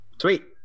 Sweet